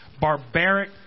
barbaric